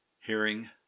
hearing